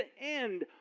end